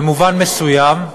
במובן מסוים,